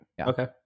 Okay